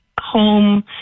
home